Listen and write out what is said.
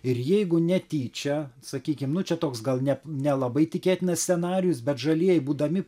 ir jeigu netyčia sakykim nu čia toks gal ne nelabai tikėtinas scenarijus bet žalieji būdami